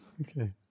Okay